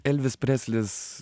elvis preslis